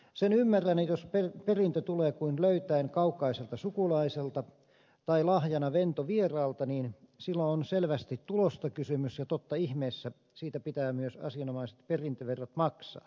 sen ymmärrän jos perintö tulee kuin löytäen kaukaiselta sukulaiselta tai lahjana ventovieraalta niin silloin on selvästi tulosta kysymys ja totta ihmeessä siitä pitää myös asianomaiset perintöverot maksaa